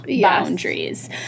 boundaries